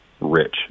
rich